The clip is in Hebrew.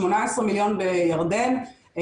18 מיליון בתימן,